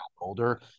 older